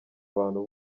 abantu